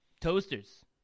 Toasters